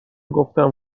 گفتم